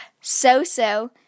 so-so